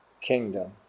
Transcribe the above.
kingdom